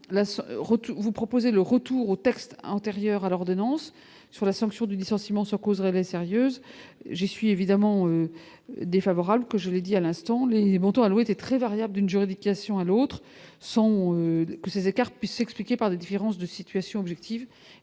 vous proposer le retour aux textes antérieurs à l'ordonnance sur la sanction du licenciement causerait sérieuse j'essuie évidemment défavorable que j'avais dit à l'instant, les montants alloués c'est très variable d'une juridique à Sion à l'autre sont que ces écarts puissent s'expliquer par des différences de situation objective